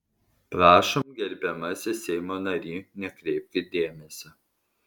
prašom gerbiamasis seimo nary nekreipkit dėmesio